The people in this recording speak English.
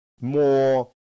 more